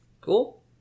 Cool